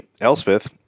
Elspeth